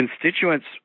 constituents